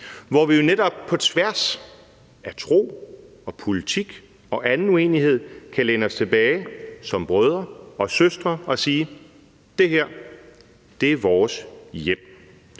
hvor vi jo netop på tværs af tro og politik og anden uenighed kan læne os tilbage som brødre og søstre og sige: Det her er vores hjem.